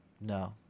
no